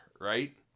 right